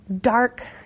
dark